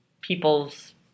people's